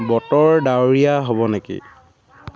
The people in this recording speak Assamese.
বতৰ ডাৱৰীয়া হ'ব নেকি